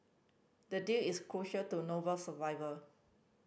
the deal is crucial to Noble survivor